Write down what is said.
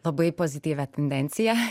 labai pozityvią tendenciją